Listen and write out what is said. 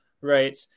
right